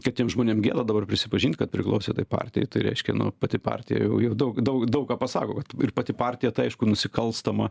kad tiem žmonėm gėda dabar prisipažint kad priklausė tai partijai tai reiškia nu pati partija jau jau daug daug daug ką pasako kad ir pati partija tai aišku nusikalstama